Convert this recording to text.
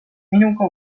minuga